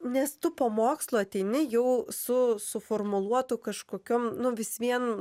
nes tu po mokslų ateini jau su suformuluotu kažkokiom nu vis vien